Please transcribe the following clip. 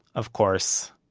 of course,